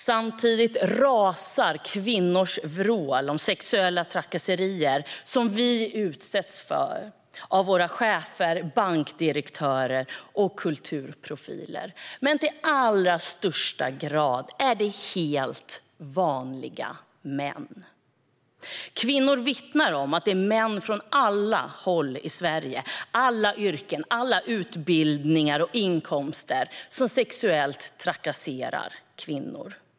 Samtidigt rasar kvinnors vrål om sexuella trakasserier som vi utsätts för av våra chefer, av bankdirektörer och av kulturprofiler - men i allra största grad av helt vanliga män. Kvinnor vittnar om att det är män från alla håll i Sverige, i alla yrken och med alla utbildningar och inkomster som sexuellt trakasserar kvinnor.